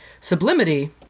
sublimity